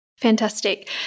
Fantastic